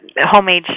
homemade